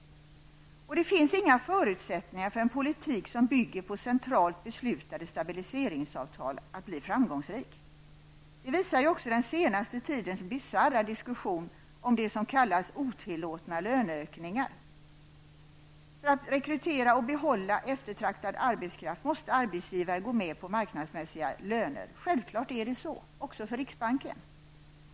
Det finns inga förutsättningar för en politik som bygger på centralt beslutade stabiliseringsavtal att bli framgångsrik. Det visar ju också den senaste tidens bisarra diskussion om det som kallas otillåtna löneökningar. För att rekrytera och behålla eftertraktad arbetskraft måste arbetsgivare gå med på marknadsmässiga löner. Självklart är det så -- också för riksbanken.